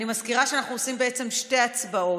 אני מזכירה שאנחנו עושים בעצם שתי הצבעות: